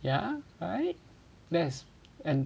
yeah right that's and